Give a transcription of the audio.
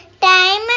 time